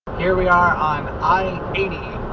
here we are on i eighty,